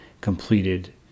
completed